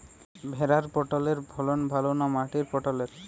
ভেরার পটলের ফলন ভালো না মাটির পটলের?